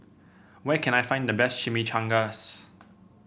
where can I find the best Chimichangas